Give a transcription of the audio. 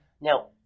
Now